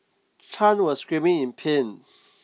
Chan was screaming in pain